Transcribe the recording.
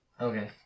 Okay